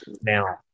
Now